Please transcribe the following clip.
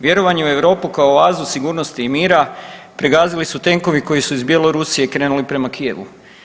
Vjerovanje u Europu kao oazu sigurnosti i mira pregazili su tenkovi koji su iz Bjelorusije krenuli prema Kijevu.